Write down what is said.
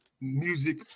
music